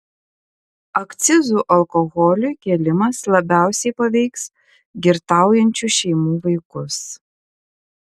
akcizų alkoholiui kėlimas labiausiai paveiks girtaujančių šeimų vaikus